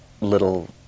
little